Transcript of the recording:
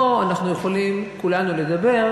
פה אנחנו יכולים כולנו לדבר.